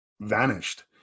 vanished